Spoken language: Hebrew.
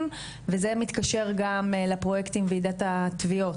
וזה מתקשר גם לפרויקט עם וועידת התביעות,